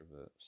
introverts